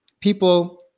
people